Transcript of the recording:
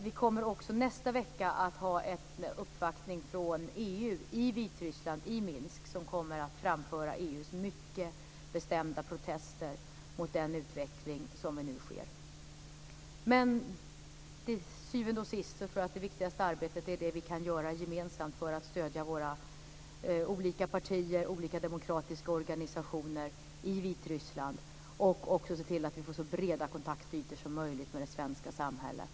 Vi kommer också nästa vecka att ha en uppvaktning från EU i Vitryssland i Minsk, som kommer att framföra EU:s mycket bestämda protester mot den utveckling som nu sker. Men till syvende och sist tror jag att det viktigaste arbetet är det vi kan göra gemensamt för att stödja olika partier och olika demokratiska organisationer i Vitryssland och också se till att vi får så breda kontaktytor som möjligt mot det svenska samhället.